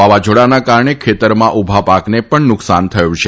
વાવાઝોડાના કારણે ખેતરમાં ઉભા પાકને પણ નુકસાન થયું છે